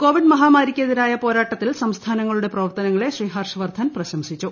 Covid മഹാമാരിക്കെതിരായ പോരാട്ടത്തിൽ സംസ്ഥാനങ്ങളുടെ പ്രവർത്തനങ്ങളെ ശ്രീ ഹർഷ് വർധൻ പ്രശംസിച്ചു